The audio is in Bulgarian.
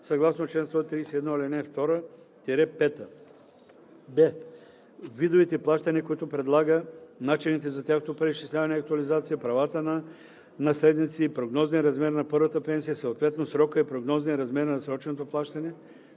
съгласно чл. 131, ал. 2 – 5; б) видовете плащания, които предлага, начините за тяхното преизчисляване и актуализация, правата на наследниците и прогнозния размер на първата пенсия, съответно срока и прогнозния размер на разсроченото плащане,